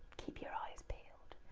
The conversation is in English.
keep your eyes peeled.